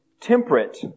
temperate